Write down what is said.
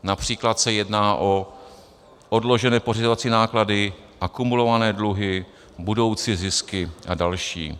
Například se jedná o odložené pořizovací náklady, akumulované dluhy, budoucí zisky a další.